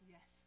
Yes